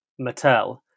Mattel